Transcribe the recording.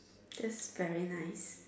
that's very nice